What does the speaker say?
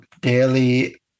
daily